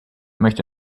möchte